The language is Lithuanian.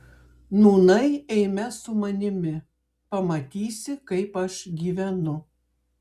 nūnai eime su manimi pamatysi kaip aš gyvenu